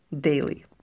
daily